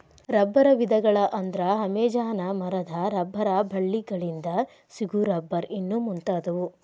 ರಬ್ಬರ ವಿಧಗಳ ಅಂದ್ರ ಅಮೇಜಾನ ಮರದ ರಬ್ಬರ ಬಳ್ಳಿ ಗಳಿಂದ ಸಿಗು ರಬ್ಬರ್ ಇನ್ನು ಮುಂತಾದವು